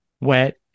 wet